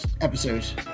episodes